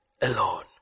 alone